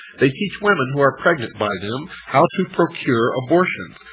they teach women who are pregnant by them how to procure abortion,